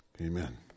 Amen